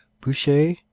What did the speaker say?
Boucher